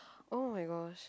oh-my-gosh